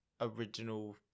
original